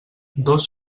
dos